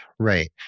Right